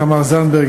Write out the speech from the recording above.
תמר זנדברג,